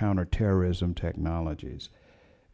counterterrorism technologies